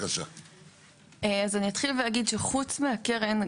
אז אני אתחיל ואגיד שחוץ מהקרן,